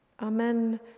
Amen